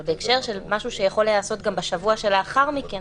אבל בהקשר של משהו שיכול להיעשות גם בשבוע שלאחר מכן